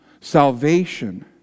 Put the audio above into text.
salvation